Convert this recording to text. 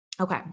Okay